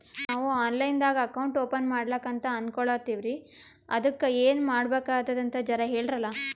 ನಾವು online ದಾಗ account open ಮಾಡ್ಲಕಂತ ಅನ್ಕೋಲತ್ತೀವ್ರಿ ಅದಕ್ಕ ಏನ ಮಾಡಬಕಾತದಂತ ಜರ ಹೇಳ್ರಲ?